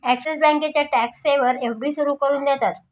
axis बँकेचे tax saver FD सुरू करून देतात